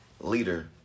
leader